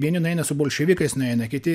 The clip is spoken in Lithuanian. vieni nueina su bolševikais nueina kiti